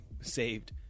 saved